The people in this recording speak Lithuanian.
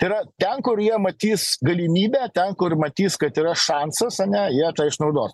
tai yra ten kur jie matys galimybę ten kur matys kad yra šansas ane jie tą išnaudos